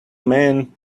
man